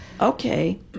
Okay